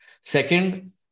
Second